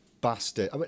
bastard